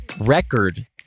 Record